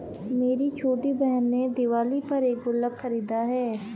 मेरी छोटी बहन ने दिवाली पर एक गुल्लक खरीदा है